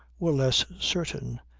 were less certain,